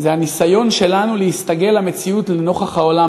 זה הניסיון שלנו להסתגל למציאות לנוכח העולם.